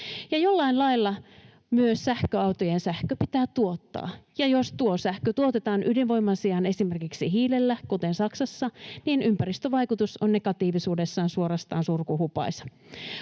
Jollain lailla myös sähköautojen sähkö pitää tuottaa, ja jos tuo sähkö tuotetaan ydinvoiman sijaan esimerkiksi hiilellä, kuten Saksassa, niin ympäristövaikutus on negatiivisuudessaan suorastaan surkuhupaisa.